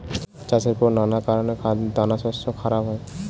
চাষের পর নানা কারণে দানাশস্য খারাপ হয়